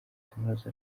kaminuza